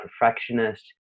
perfectionist